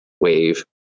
wave